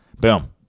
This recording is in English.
Boom